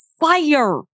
fire